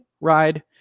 ride